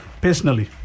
personally